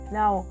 now